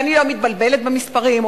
ואני לא מתבלבלת במספרים,